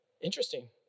Interesting